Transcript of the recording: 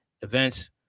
events